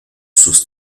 sus